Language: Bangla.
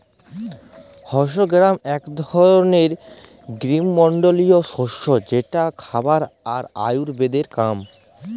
হর্স গ্রাম এক ধরলের গ্রীস্মমন্ডলীয় শস্য যেটা খাবার আর আয়ুর্বেদের কাম